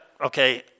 okay